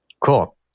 Cool